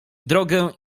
drogę